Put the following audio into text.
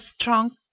strong